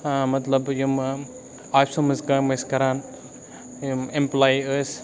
مطلب یِم آفِسَن مںٛز کٲم ٲسۍ کَران یِم اِمپلایی ٲسۍ